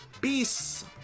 Peace